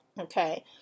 Okay